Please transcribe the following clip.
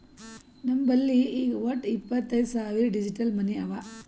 ನಮ್ ಬಲ್ಲಿ ಈಗ್ ವಟ್ಟ ಇಪ್ಪತೈದ್ ಸಾವಿರ್ ಡಿಜಿಟಲ್ ಮನಿ ಅವಾ